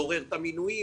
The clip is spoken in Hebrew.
לעורר את המינויים.